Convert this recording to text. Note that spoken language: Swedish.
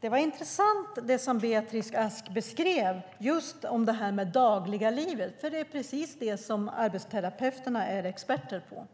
Fru talman! Beatrice Ask beskrev detta med det dagliga livet. Det är ju precis det som arbetsterapeuterna är experter på.